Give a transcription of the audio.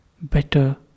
better